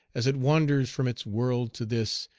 as it wanders from its world to this,